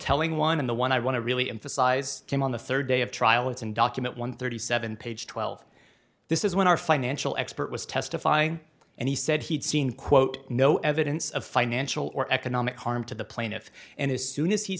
telling one in the one i want to really emphasize came on the third day of trial it's an document one thirty seven page twelve this is when our financial expert was testifying and he said he'd seen quote no evidence of financial or economic harm to the plaintiff and as soon as he